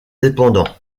dépendant